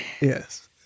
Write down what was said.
Yes